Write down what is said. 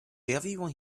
everyone